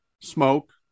smoke